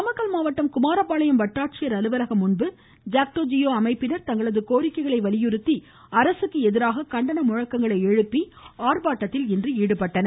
நாமக்கல் மாவட்டம் குமாரபாளையம் வட்டாச்சியர் முன்பு ஜாக்டோ ஜியோ அமைப்பினர் தங்களது கோரிக்கைகளை வலியுறுத்தி அரசுக்கு எதிராக கண்டன முழக்கங்களை எழுப்பி ஆர்பாட்டத்தில் ஈடுபட்டனர்